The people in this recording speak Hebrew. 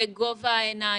בגובה העיניים.